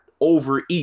overeat